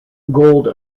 gold